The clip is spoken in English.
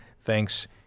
Thanks